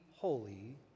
holy